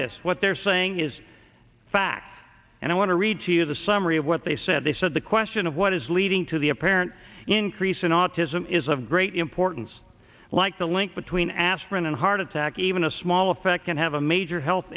this what they're saying is fact and i want to read to you the summary of what they said they said the question of what is leading to the apparent increase in autism is of great importance like the link between aspirin and heart attack even a small effect can have a major health